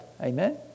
amen